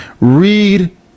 read